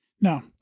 Now